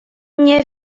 nie